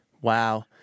Wow